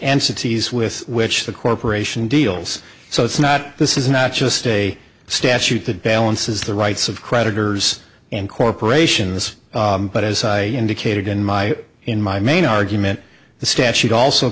cities with which the corporation deals so it's not this is not just a statute that balances the rights of creditors and corporations but as i indicated in my in my main argument the statute also